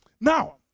Now